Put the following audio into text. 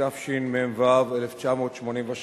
התשמ"ו 1986,